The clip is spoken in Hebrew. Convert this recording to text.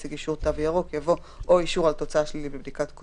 " אם היא בריכה בתו ירוק יש הגבלה על מספר האנשים בבריכה?